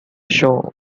show